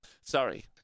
Sorry